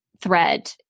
thread